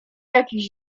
jakichś